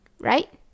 right